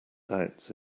doubts